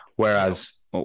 Whereas